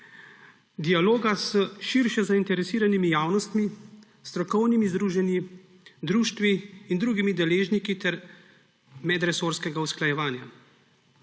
dialoga s širše zainteresiranimi javnostmi, strokovnimi združenji, društvi in drugimi deležniki ter medresorskega usklajevanja.